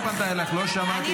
היא לא פנתה אלייך, לא שמעתי.